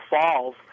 falls